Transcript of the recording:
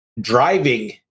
driving